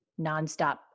nonstop